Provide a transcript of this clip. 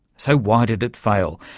so why did it fail?